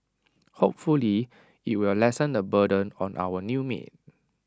hopefully IT will lessen the burden on our new maid